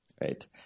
Right